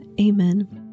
Amen